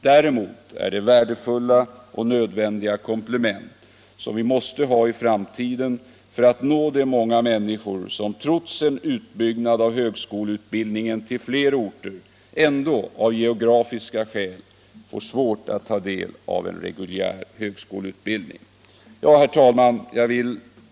Där emot är den ett värdefullt och nödvändigt komplement, som vi måste ha i framtiden för att nå de många människor som, trots en utbyggnad av högskoleutbildningen till fler orter, ändå av geografiska skäl får svårt att ta del av en reguljär högskoleutbildning. Herr talman!